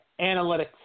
analytics